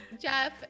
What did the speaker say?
Jeff